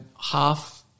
half